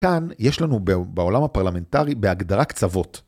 כאן יש לנו בעולם הפרלמנטרי בהגדרה קצוות.